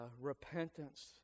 repentance